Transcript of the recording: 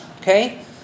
okay